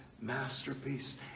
masterpiece